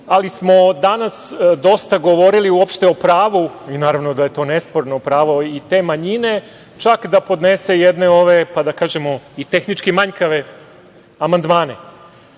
ali smo danas dosta govorili uopšte o pravu, naravno da je to nesporno pravo i te manjine, čak da podnese jedne ove, da tako kažemo, tehnički manjkave amandmane.